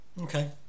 Okay